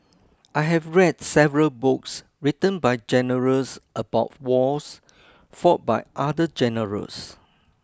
I have read several books written by generals about wars fought by other generals